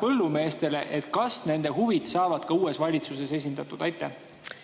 põllumeestele, kas nende huvid saavad ka uues valitsuses esindatud? Aitäh,